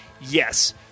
Yes